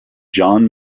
john